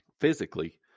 physically